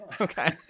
Okay